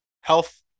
health